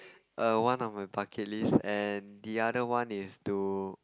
err one of my bucket list and the other one is to